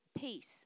peace